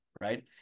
right